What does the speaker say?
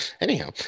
Anyhow